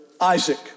Isaac